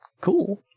cool